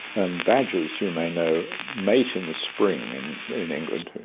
and badgers, you may know, mate in the spring and in england,